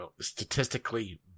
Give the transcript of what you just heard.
statistically